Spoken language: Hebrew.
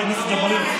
חבר הכנסת ג'בארין.